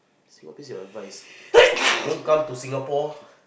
single piece of advice don't come to Singapore